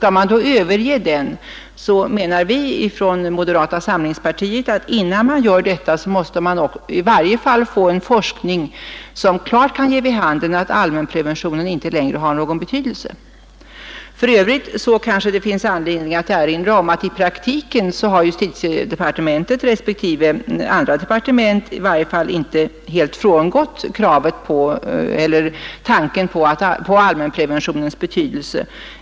Skall man överge det syftet menar vi från moderata samlingspartiet att man först måste få en forskning som klart ger vid handen att allmänpreventionen inte längre har någon betydelse. För övrigt kanske det finns anledning erinra om att i praktiken har justitiedepartementet och andra departement i varje fall inte helt frångått tanken på allmänpreventionens betydelse.